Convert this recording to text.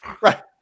right